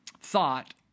thought